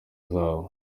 zabo